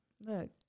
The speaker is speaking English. Look